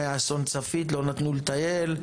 היה אסון צפית לא נתנו לטייל,